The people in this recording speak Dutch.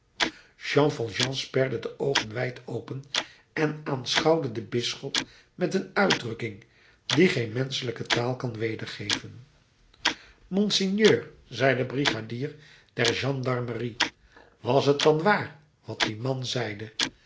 jean valjean sperde de oogen wijd open en aanschouwde den bisschop met een uitdrukking die geen menschelijke taal kan wedergeven monseigneur zei de brigadier der gendarmerie was het dan waar wat die man zeide